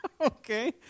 Okay